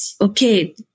okay